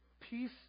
peace